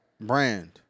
brand